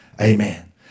amen